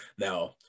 Now